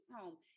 home